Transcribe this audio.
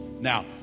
Now